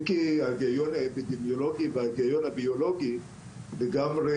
אם כי ההיגיון האפידמיולוגי וההיגיון הביולוגי לגמרי